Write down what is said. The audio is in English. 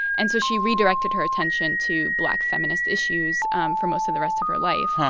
and so she redirected her attention to black feminist issues um for most of the rest of her life.